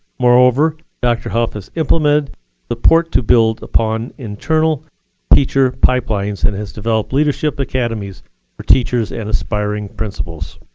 moreover, dr. hough has implemented the port to build upon internal teacher pipelines and has developed leadership academies for teachers and aspiring principals.